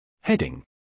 Heading